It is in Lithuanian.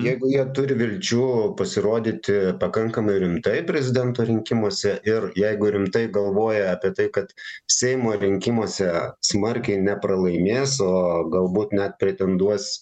jeigu jie turi vilčių pasirodyti pakankamai rimtai prezidento rinkimuose ir jeigu rimtai galvoja apie tai kad seimo rinkimuose smarkiai nepralaimės o galbūt net pretenduos